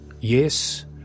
Yes